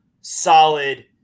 solid